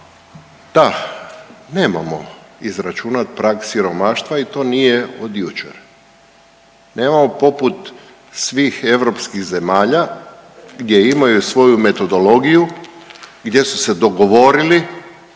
Da, nemamo izračunat prag siromaštva i to nije od jučer, nemamo poput svih europskih zemalja gdje imaju svoju metodologiju gdje su se dogovorili